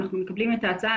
אנחנו מקבלים את ההצעה.